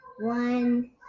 one